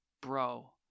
Bro